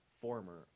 former